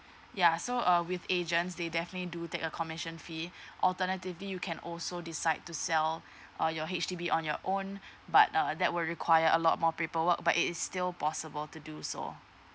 ya so uh with agents they definitely do take a commission fee alternatively you can also decide to sell uh your H_D_B on your own but uh that will require a lot more paperwork but it is still possible to do so